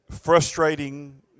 frustrating